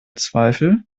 zweifel